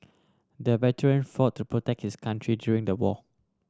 the veteran fought to protect his country during the war